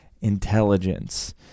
intelligence